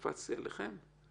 אם